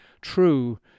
true